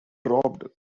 dropped